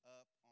up